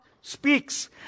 speaks